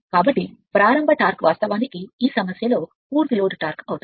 కాబట్టి ప్రారంభ టార్క్ వాస్తవానికి ఈ సమస్యకు పూర్తి లోడ్ టార్క్ అవుతుంది